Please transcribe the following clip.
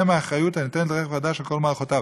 מאחריות הניתנת לרכב חדש על כל מערכותיו.